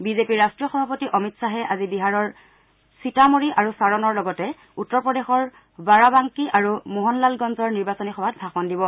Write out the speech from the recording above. বিজেপিৰ ৰাষ্ট্ৰীয় সভাপতি অমিত খাহে আজি বিহাৰৰ সতীমঢ়ি আৰু ছাৰনৰ লগতে উত্তৰ প্ৰদেশৰ বাৰাবাংকী আৰু মোহনলালগঞ্জৰ নিৰ্বাচনী সভাত ভাষণ দিব